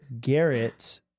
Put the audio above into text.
Garrett